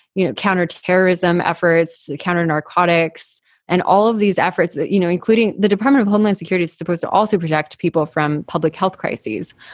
you know, counterterrorism efforts, counternarcotics and all of these efforts, you know, including the department of homeland security, is supposed to also protect people from public health crises.